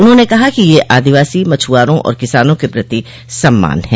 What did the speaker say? उन्होंने कहा कि यह आदिवासी मछुआरों और किसानों के प्रति सम्मान है